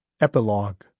Epilogue